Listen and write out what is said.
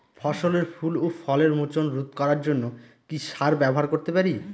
ফসলের ফুল ও ফলের মোচন রোধ করার জন্য কি সার ব্যবহার করতে পারি?